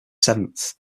seventh